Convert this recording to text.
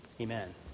Amen